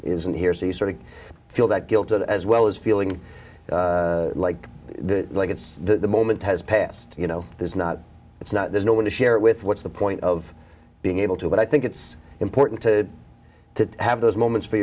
and here is the sort of feel that guilt as well as feeling like the like it's the moment has passed you know there's not it's not there's no one to share it with what's the point of being able to but i think it's important to to have those moments for